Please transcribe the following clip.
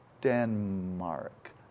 Denmark